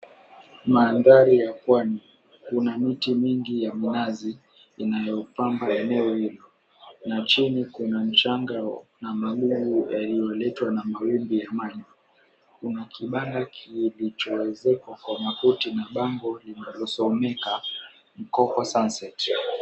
Mandhari ya pwani kuna miti mingi ya mnazi inayopamba eneo hilo. Na chini, kuna mchanga na magugu yaliyoletwa na mawimbi ya maji, kuna kibanda kilichoezekwa kwa makuti na bango linalosomeka mkopo sunset.